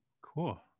cool